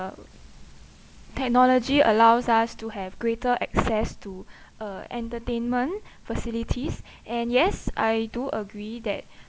uh technology allows us to have greater access to uh entertainment facilities and yes I do agree that